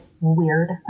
weird